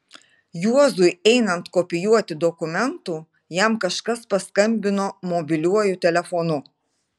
juozui einant kopijuoti dokumentų jam kažkas paskambino mobiliuoju telefonu